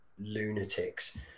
lunatics